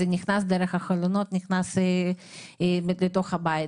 זה נכנס דרך החלונות לתוך הבית.